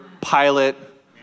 pilot